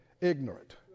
ignorant